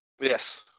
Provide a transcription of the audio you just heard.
Yes